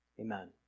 Amen